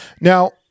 Now